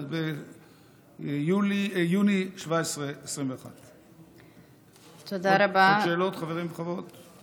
ב-17 ביוני 2021. עוד שאלות, חברים, חברות?